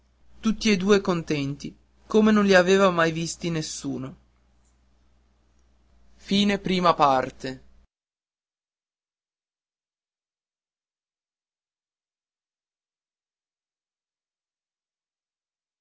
tutti e due contenti come non li avea mai visti nessuno